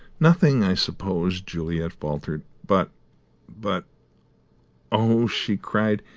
nothing, i suppose, juliet faltered. but but oh, she cried,